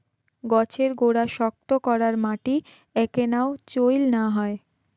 গছের গোড়া শক্ত করার মাটি এ্যাকনাও চইল না হই